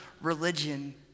religion